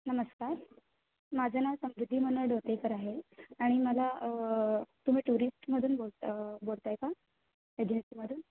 नमस्कार माझं नाव समृद्धी कर आहे आणि मला तुम्ही टुरिस्टमधून बोल बोलताय का एजन्सीमधून